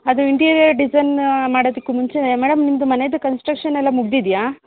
ಅದು interior design ಮಾಡೋದಕ್ಕು ಮುಂಚೆ ಮೇಡಮ್ ನಿಮ್ಮದು ಮನೇದು ಕನ್ಸ್ಟ್ರಕ್ಷನ್ ಎಲ್ಲ ಮುಗಿದಿದ್ಯಾ